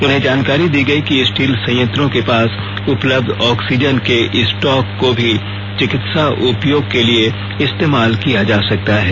उन्हें जानकारी दी गई कि स्टील संयंत्रों के पास उपलब्ध ऑक्सीजन के स्टॉक को भी चिकित्सा उपयोग के लिए इस्तेमाल किया जा सकता है